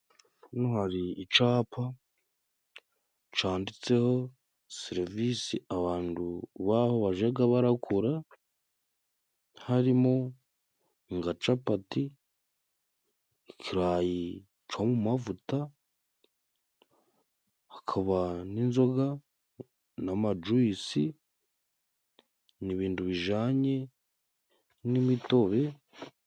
Hano hari icapa canditseho serivisi abantu baho bajaga barakora. Harimo ngacapati, ikirayi co mumavuta, hakaba n'inzoga na majuyisi nibindu bijanye n'imitobe.